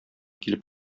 килеп